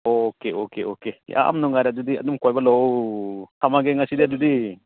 okay okay okay ꯌꯥꯝ ꯅꯨꯡꯉꯥꯏꯔꯦ ꯑꯗꯨꯗꯤ ꯑꯗꯨꯝ ꯀꯣꯏꯕ ꯂꯥꯛꯑꯣ ꯊꯝꯃꯒꯦ ꯉꯁꯤꯗꯤ ꯑꯗꯨꯗꯤ